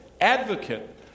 advocate